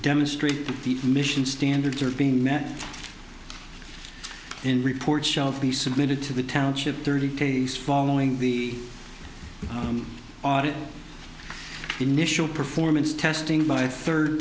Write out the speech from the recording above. demonstrate the mission standards are being met in reports shelf we submitted to the township thirty days following the audit initial performance testing by a third